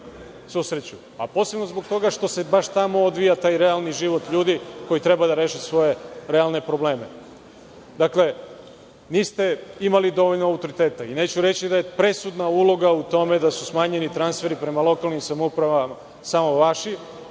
a posebno zbog toga što se baš tamo odvija taj realni život ljudi koji treba da reše svoje realne probleme. Dakle, niste imali dovoljno autoriteta i neću reći da je presudna uloga u tome da su smanjeni transferi prema lokalnim samoupravama samo vaši